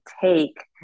take